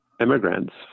immigrants